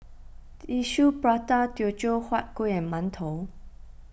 Tissue Prata Teochew Huat Kuih and Mantou